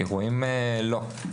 אירועים לא.